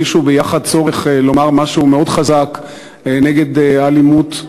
והרגישו ביחד צורך לומר משהו מאוד חזק נגד האלימות.